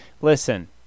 Listen